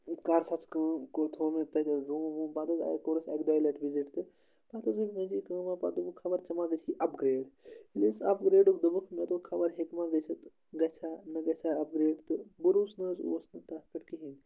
کَر سا ژٕ کٲم گوٚو تھوٚو مےٚ تَتہِ روٗم ووٗم بَدَل آے کوٚر اَسہِ اَکہِ دۄیہِ لَٹہِ وِزِٹ تہٕ پَتہٕ حظ گٔے مٔنٛزی کٲمَہ پَتہٕ دوٚپُکھ خبر ژےٚ مَہ گژھی اَپگرٛیڈ ییٚلہِ حظ اَپگرٛیڈُک دوٚپُکھ مےٚ دوٚپ خبر ہیٚکہِ مَہ گٔژھِتھ گژھیٛا نہٕ گژھیٛا اَپگرٛیڈ تہٕ بٔروس نہٕ حظ اوس نہٕ تَتھ پٮ۪ٹھ کِہیٖنۍ